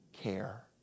care